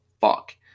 fuck